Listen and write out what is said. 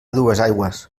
duesaigües